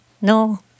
No